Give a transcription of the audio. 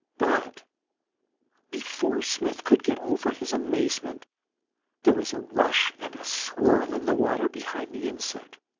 but before smith could get over his amazement there was a rush and a swirl in the water behind the insect.